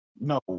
No